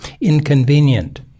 inconvenient